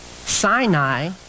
Sinai